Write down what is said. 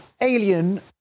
Alien